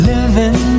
Living